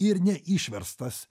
ir ne išverstas